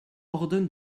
ordonne